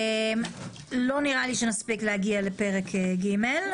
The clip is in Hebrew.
לא נראה לי שנספיק להגיע לפרק ג'.